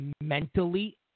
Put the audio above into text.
mentally